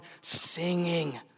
singing